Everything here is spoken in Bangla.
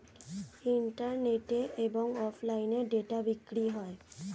ইন্টারনেটে এবং অফলাইনে ডেটা বিক্রি হয়